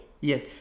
Yes